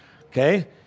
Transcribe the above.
Okay